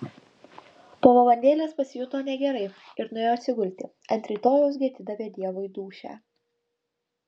po valandėlės pasijuto negerai ir nuėjo atsigulti ant rytojaus gi atidavė dievui dūšią